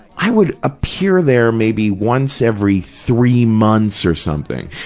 i would appear there maybe once every three months or something,